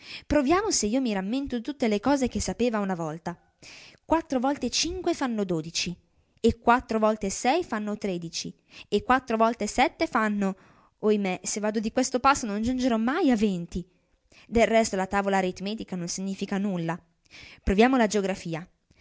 proviamo se io mi rammento tutte le cose che sapeva una volta quattro volte cinque fanno dodici e quattro volte sei fanno tredici e quattro volte sette fanno oimè se vado di questo passo non giungerò mai a venti del resto la tavola aritmetica non significa nulla proviamo la geografia